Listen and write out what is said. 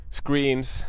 screens